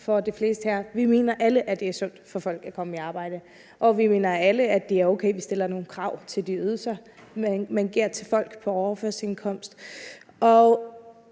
ser ens på her. Vi mener alle, at det er sundt for folk at komme i arbejde, og vi mener alle, at det er okay, at vi stiller nogle krav i forhold til de ydelser, man giver til folk på overførselsindkomst. Og